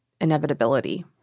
inevitability